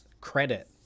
credit